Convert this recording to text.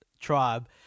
tribe